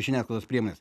žiniasklaidos priemonės